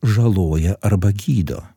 žaloja arba gydo